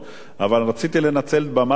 אבל רציתי לנצל במה זו, גם